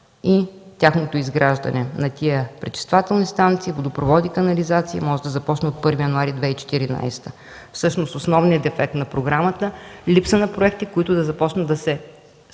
и тяхното изграждане – на тези пречиствателни станции, на водопроводи и канализации може да започне от 1 януари 2014 г. Всъщност основният дефект на програмата е липса на проекти, които да започнат да се изпълняват,